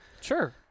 Sure